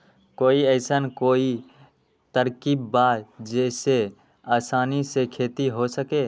कोई अइसन कोई तरकीब बा जेसे आसानी से खेती हो सके?